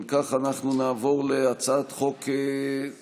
אם כך, אנחנו נעבור להצעת חוק דומה,